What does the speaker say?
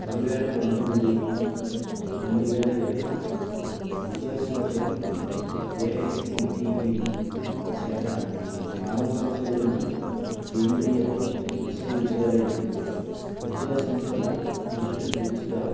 రెండువేల పంతొమ్మిది రెండువేల ఇరవై విద్యా సంవత్సరం ఏఐసిటిఈ చేత ఆమోదించబడిన కేంద్రీయ విశ్వవిద్యాలయం విద్యా సంస్థల లిస్టు చూపిస్తావా